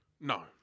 No